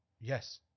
Yes